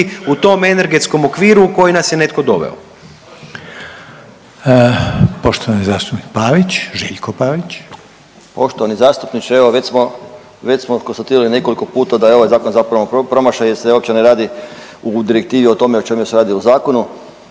u tom energetskom okviru u koji nas je netko doveo. **Reiner, Željko (HDZ)** Poštovani zastupnik Pavić, Željko Pavić. **Pavić, Željko (Socijaldemokrati)** Poštovani zastupniče evo već smo konstatirali nekoliko puta da je ovaj zakon zapravo promašaj, jer se uopće ne radi u Direktivi o tome o čemu se radi u zakonu.